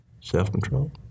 self-control